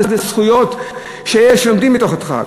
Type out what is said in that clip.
זה זכויות של אלה שלומדים מתוך הדחק.